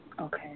Okay